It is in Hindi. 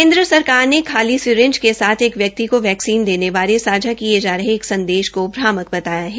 केन्द्र सरकार ने खाली सिरिंज के साथ एक व्यक्ति को वैक्सीन देने बारे सांझा किये जा रहे एक संदेश को भ्रामक बताया है